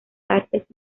artes